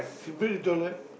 she bathe in toilet